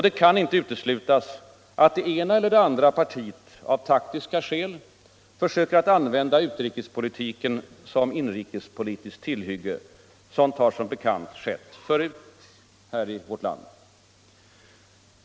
Det kan inte uteslutas att det ena eller andra partiet av taktiska skäl försöker använda utrikespolitiken som inrikespolitiskt tillhygge. Sådant har som bekant skett förut här i vårt land.